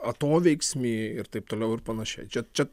atoveiksmį ir taip toliau ir panašiai čia čia